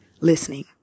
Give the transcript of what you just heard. listening